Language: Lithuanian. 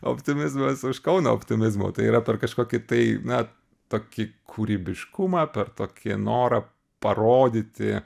optimizmas už kauno optimizmo tai yra per kažkokį tai na tokį kūrybiškumą per tokį norą parodyti